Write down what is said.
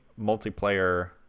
multiplayer